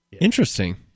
Interesting